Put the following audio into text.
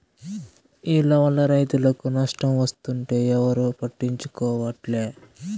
ఈల్ల వల్ల రైతులకు నష్టం వస్తుంటే ఎవరూ పట్టించుకోవట్లే